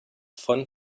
von